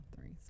three